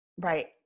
Right